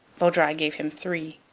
vaudreuil gave him three.